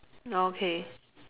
oh okay